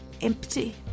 empty